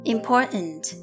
Important